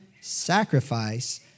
sacrifice